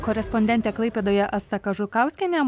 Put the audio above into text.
korespondentė klaipėdoje asta kažukauskienė